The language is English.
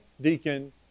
deacon